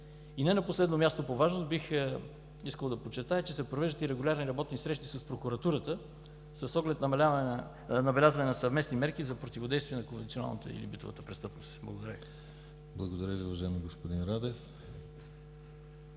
И не на последно място по важност, бих искал да подчертая, че се провеждат и регулярни работни срещи с прокуратурата с оглед набелязване на съвместни мерки за противодействие на конвенционалната и битовата престъпност. Благодаря Ви.